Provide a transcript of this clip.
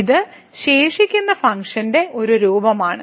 ഇത് ശേഷിക്കുന്ന ഫങ്ക്ഷന്റെ ഒരു രൂപമാണ്